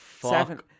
seven